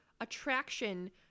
attraction